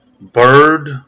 bird